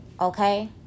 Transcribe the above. Okay